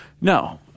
No